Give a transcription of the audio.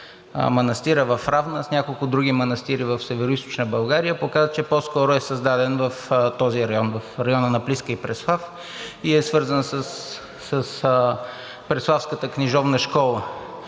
манастира в Равна, с няколко други манастири в Североизточна България, показват, че по-скоро е създадена в този район, в района на Плиска и Преслав и е свързана с Преславската книжовна школа.